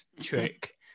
trick